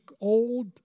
old